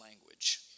language